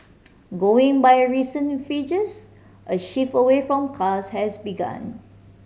going by recent figures a shift away from cars has begun